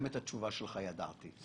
התשובה שלך ידעתי.